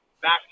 back